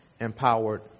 empowered